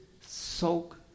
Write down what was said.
soak